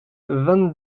vingt